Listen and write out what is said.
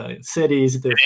cities